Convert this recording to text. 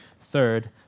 Third